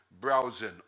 browsing